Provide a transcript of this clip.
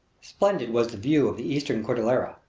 splendid was the view of the eastern cordillera.